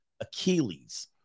Achilles